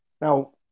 Now